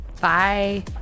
Bye